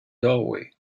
doorway